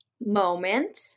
moment